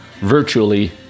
virtually